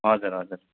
हजुर हजुर